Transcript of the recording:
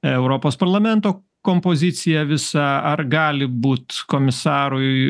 europos parlamento kompoziciją visą ar gali būi komisarui